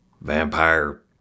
vampire